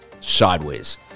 sideways